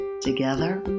Together